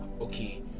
Okay